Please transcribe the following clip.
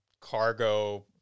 cargo